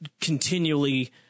continually